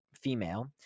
female